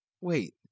Wait